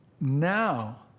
now